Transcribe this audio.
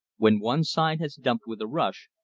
when one side has dumped with a rush,